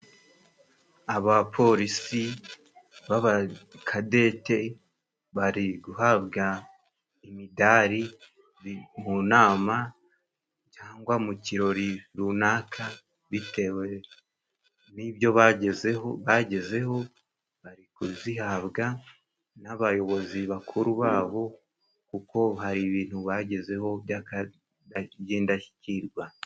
Abapolisi baba kadete bari guhabwa imidari, mu nama cyangwa mu kirori runaka, bitewe n'ibyo bagezeho, bagezeho bari kuzihabwa n'abayobozi bakuru babo, kuko hari ibintu bagezeho by'indashyikirwa.